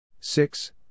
six